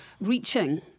reaching